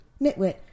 Nitwit